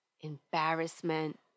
embarrassment